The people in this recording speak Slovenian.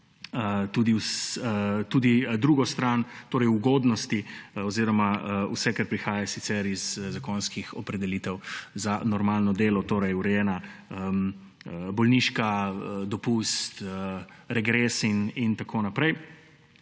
tudi drugo stran, torej ugodnosti oziroma vse, kar sicer prihaja iz zakonskih opredelitev za normalno delo, torej urejena bolniška, dopust, regres in tako naprej.